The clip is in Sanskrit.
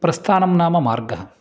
प्रस्थानं नाम मार्गः